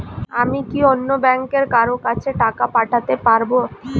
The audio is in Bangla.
আমি কি অন্য ব্যাংকের কারো কাছে টাকা পাঠাতে পারেব?